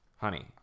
Honey